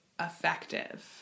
effective